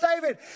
David